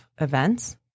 events